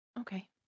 okay